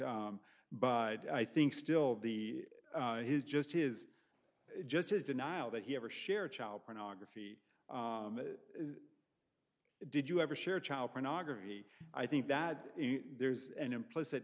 but i think still the his just his just his denial that he ever shared child pornography did you ever share child pornography i think that there's an implicit